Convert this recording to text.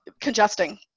congesting